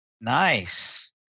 Nice